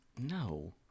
No